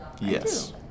yes